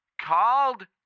Called